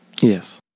Yes